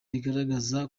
rigaragaza